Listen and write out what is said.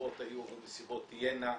מסיבות היו ומסיבות תהיינה.